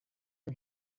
yng